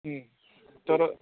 तर